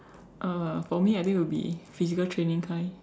uh for me I think will be physical training kind